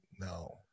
No